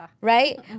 Right